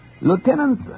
Lieutenant